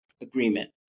agreement